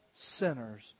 sinners